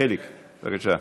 חיליק, בבקשה.